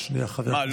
מה,